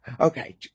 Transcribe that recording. Okay